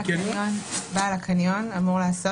בעל הקניון אמור לאכוף.